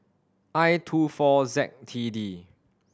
I two four Z T D